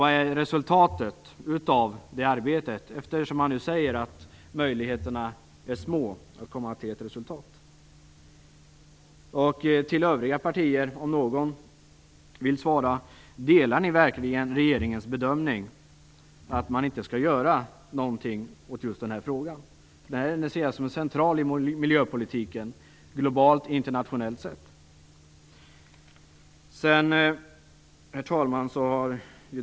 Vad är resultatet av det arbetet, eftersom ni nu säger att möjligheterna att komma fram till ett resultat är små? Övriga partier vill jag fråga: Delar ni verkligen regeringens bedömning att man inte skall göra något åt denna fråga? Detta är centralt i miljöpolitiken, globalt och internationellt sett. Herr talman!